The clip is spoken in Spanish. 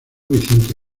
vicente